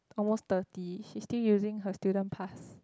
almost thirty she still using her student pass